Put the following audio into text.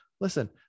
Listen